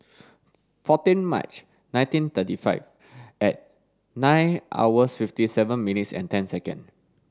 fourteen March nineteen thirty five at nine hour fifty seven minutes and ten second